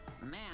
Man